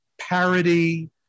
parody